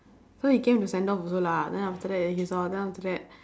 so he came to send off also lah then after that he saw then after that